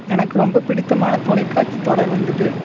எனக்கு ரொம்ப பிடித்தமான தொலைக்காட்சி தொடர் வந்துட்டு